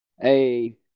Hey